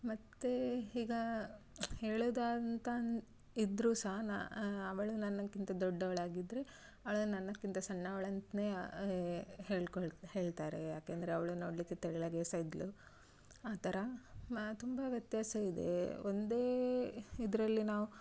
ಮತ್ತು ಈಗ ಹೇಳೋದಂತ ಅನ್ನು ಇದ್ರೂ ಸಹ ನ ಅವಳು ನನ್ನಗಿಂತ ದೊಡ್ಡವಳಾಗಿದ್ರೆ ಅವಳು ನನ್ನಗಿಂತ ಸಣ್ಣವಳಂತ ಹೇಳ್ಕೊಳ್ಳು ಹೇಳ್ತಾರೆ ಯಾಕಂದ್ರೆ ಅವಳು ನೋಡಲಿಕ್ಕೆ ತೆಳ್ಳಗೆ ಸಹ ಇದ್ಲು ಆ ಥರ ತುಂಬ ವ್ಯತ್ಯಾಸವಿದೆ ಒಂದೇ ಇದರಲ್ಲಿ ನಾವು